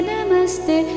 Namaste